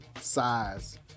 size